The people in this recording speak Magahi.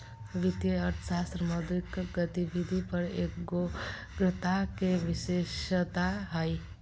वित्तीय अर्थशास्त्र मौद्रिक गतिविधि पर एगोग्रता के विशेषता हइ